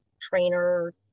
trainer